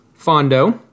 Fondo